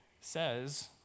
says